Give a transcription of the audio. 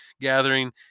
gathering